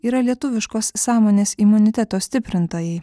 yra lietuviškos sąmonės imuniteto stiprintojai